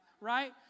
Right